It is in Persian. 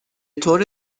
طور